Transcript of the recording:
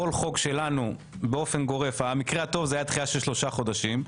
כל חוק שלנו באופן גורף במקרה הטוב זה היה דחייה של שלושה חודשים.